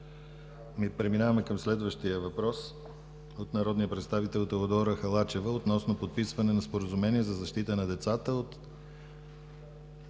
Преминаваме към следващия въпрос от народния представител Теодора Халачева относно подписване на Споразумение за защита на децата от